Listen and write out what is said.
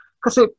Kasi